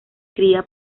cría